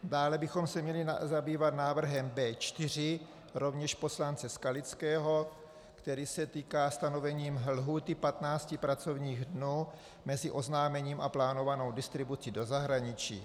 Dále bychom se měli zabývat návrhem B4 rovněž poslance Skalického, který se týká stanovení lhůty patnácti pracovních dnů mezi oznámením a plánovanou distribucí do zahraničí.